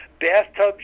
Bathtub